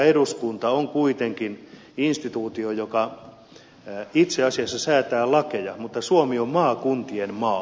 eduskunta on kuitenkin instituutio joka itse asiassa säätää lakeja mutta suomi on maakuntien maa